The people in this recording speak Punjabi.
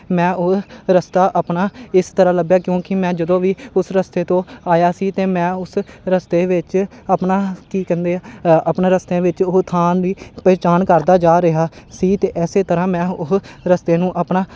ਮੈਂ ਉਹ ਰਸਤਾ ਆਪਣਾ ਇਸ ਤਰ੍ਹਾਂ ਲੱਭਿਆ ਕਿਉਂਕਿ ਮੈਂ ਜਦੋਂ ਵੀ ਉਸ ਰਸਤੇ ਤੋਂ ਆਇਆ ਸੀ ਅਤੇ ਮੈਂ ਉਸ ਰਸਤੇ ਵਿੱਚ ਆਪਣਾ ਕੀ ਕਹਿੰਦੇ ਆ ਆਪਣਾ ਰਸਤਿਆਂ ਵਿੱਚ ਉਹ ਥਾਂ ਦੀ ਪਹਿਚਾਣ ਕਰਦਾ ਜਾ ਰਿਹਾ ਸੀ ਅਤੇ ਇਸੇ ਤਰ੍ਹਾਂ ਮੈਂ ਉਹ ਰਸਤੇ ਨੂੰ ਆਪਣਾ